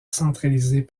centralisée